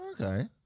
Okay